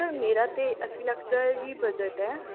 sir ਮੇਰਾ ਤਾਂ ਅੱਸੀ ਲੱਖ ਦਾ ਹੀ ਬਜਟ ਹੈ